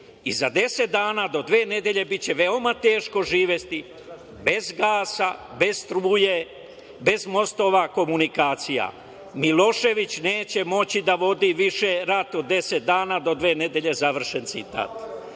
i za deset dana, do dve nedelje biće veoma teško živeti bez gasa, bez struje, bez mostova komunikacija. Milošević neće moći da vodi više rato od deset dana do dve nedelje". Završen citat. Evo,